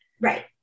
right